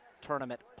tournament